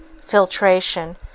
filtration